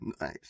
Nice